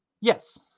yes